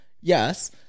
Yes